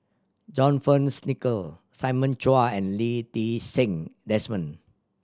John Fearns Nicoll Simon Chua and Lee Ti Seng Desmond